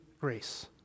grace